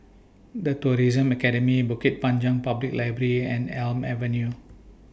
The Tourism Academy Bukit Panjang Public Library and Elm Avenue